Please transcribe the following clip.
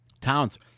Towns